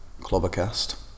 Clobbercast